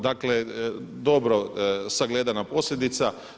Dakle, dobro sagledana posljedica.